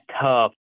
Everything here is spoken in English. tough